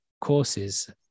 courses